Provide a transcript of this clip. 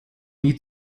nie